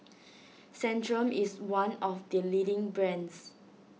Centrum is one of the leading brands